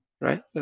Right